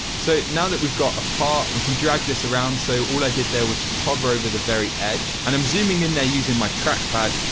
so, now that we've got a part we can drag this around. so, all i did there was just hover over the very edge and i am zooming in there using my track pad.